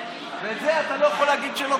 ואתה לא יכול להגיד שלא,